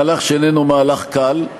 מהלך שאיננו מהלך קל,